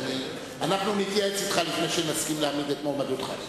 אנחנו נתייעץ אתך לפני שנסכים להגיש את מועמדותך.